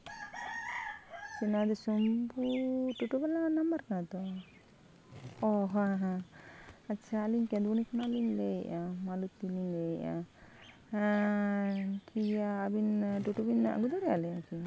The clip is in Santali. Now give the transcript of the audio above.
ᱱᱚᱣᱟ ᱫᱤᱥᱚᱢ ᱵᱩ ᱴᱳᱴᱳ ᱵᱟᱞᱟᱣᱟᱜ ᱱᱟᱢᱵᱟᱨ ᱠᱟᱱᱟ ᱛᱚ ᱚ ᱦᱮᱸ ᱦᱮᱸ ᱟᱪᱪᱷᱟ ᱟᱹᱞᱤᱧ ᱠᱮᱸᱫᱽᱵᱚᱱᱤ ᱠᱷᱚᱱᱟᱜ ᱞᱤᱧ ᱞᱟᱹᱭᱮᱫᱼᱟ ᱢᱟᱞᱚᱛᱤ ᱞᱤᱧ ᱞᱟᱹᱭᱮᱫᱼᱟ ᱦᱮᱸ ᱴᱷᱤᱠ ᱜᱮᱭᱟ ᱟᱵᱤᱱ ᱴᱳᱴᱳ ᱵᱤᱱ ᱟᱹᱜᱩ ᱫᱟᱲᱮᱭᱟᱜᱼᱟ ᱟᱨᱠᱤ